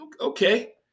okay